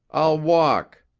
i'll walk.